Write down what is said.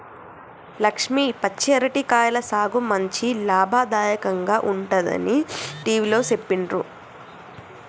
లక్ష్మి పచ్చి అరటి కాయల సాగు మంచి లాభదాయకంగా ఉంటుందని టివిలో సెప్పిండ్రు